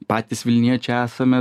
patys vilniečiai esame